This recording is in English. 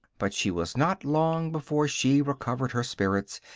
but she was not long before she recovered her spirits,